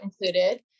included